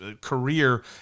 career